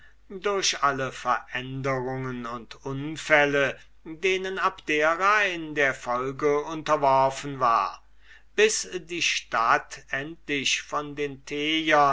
durch alle veränderungen und unfälle denen abdera in der folge unterworfen war bis die stadt endlich von den